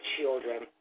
children